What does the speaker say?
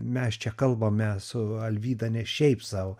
mes čia kalbame su alvyda ne šiaip sau